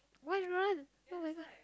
why they run oh-my-god